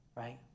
Right